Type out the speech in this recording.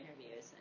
interviews